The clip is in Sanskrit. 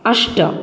अष्ट